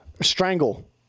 strangle